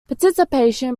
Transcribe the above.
participation